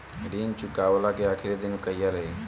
ऋण चुकव्ला के आखिरी दिन कहिया रही?